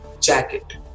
jacket